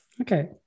Okay